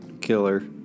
killer